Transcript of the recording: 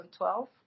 2012